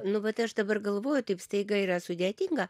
nu vat aš dabar galvoju taip staiga yra sudėtinga